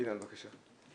אילן, בבקשה.